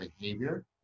behavior